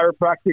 chiropractic